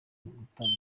gutabwa